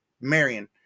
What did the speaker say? Marion